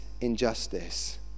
injustice